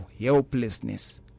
helplessness